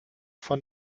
von